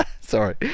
Sorry